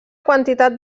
quantitat